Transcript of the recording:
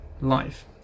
life